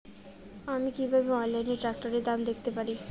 আমি কিভাবে অনলাইনে ট্রাক্টরের দাম দেখতে পারি?